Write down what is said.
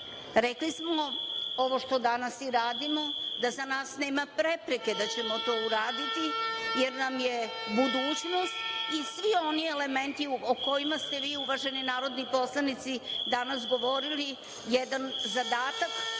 smo ovo što danas i radimo, da za nas nema prepreke da ćemo to uraditi, jer nam je budućnost i svi oni elementi o kojima ste vi uvaženi narodni poslanici danas govorili, jedan zadatak